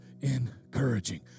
encouraging